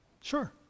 sure